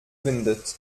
windet